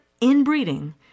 inbreeding